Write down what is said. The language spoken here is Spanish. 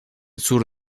sur